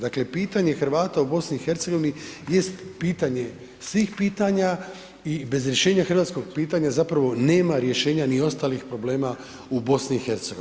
Dakle, pitanje Hrvata u BiH jest pitanje svih pitanja i bez rješenja hrvatskog pitanja zapravo nema rješenja ni ostalih problema u BiH.